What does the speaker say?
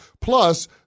Plus